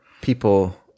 People